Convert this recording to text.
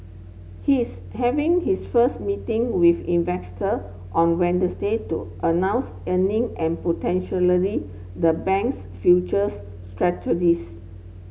he's having his first meeting with investor on Wednesday to announce earning and potentially the bank's future's strategies